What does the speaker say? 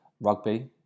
rugby